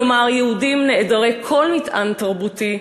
כלומר יהודים נעדרי כל מטען תרבותי,